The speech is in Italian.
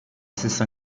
stessa